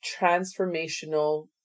transformational